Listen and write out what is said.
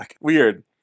weird